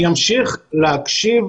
אני אמשיך להקשיב,